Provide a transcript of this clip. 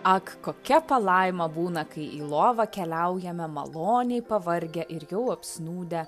ak kokia palaima būna kai į lovą keliaujame maloniai pavargę ir jau apsnūdę